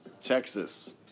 texas